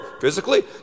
physically